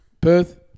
Perth